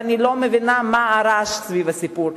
ואני לא מבינה מה הרעש סביב הסיפור.